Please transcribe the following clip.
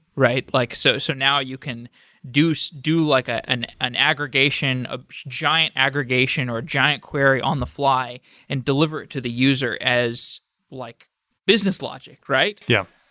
right? like so so now, you can do so do like ah an an aggregation, a giant aggregation or a giant query on the fly and deliver it to the user as like business logic, right? yeah.